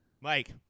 Mike